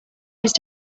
used